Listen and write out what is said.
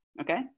Okay